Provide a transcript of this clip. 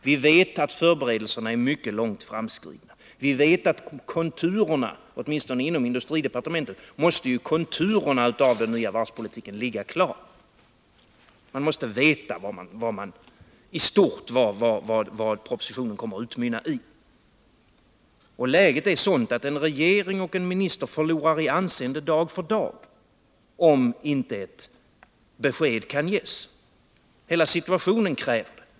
Vi vet att arbetet när det gäller förberedelserna här är mycket långt framskridet. Vi vet att konturerna, åtminstone inom industridepartementet, måste ligga klara. Man måste veta i stort vad propositionen kommer att utmynna i. Läget är sådant, att en regering och en minister förlorar i anseende för varje dag som går utan att ett besked kan ges. Hela situationen kräver ett sådant.